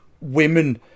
women